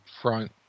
front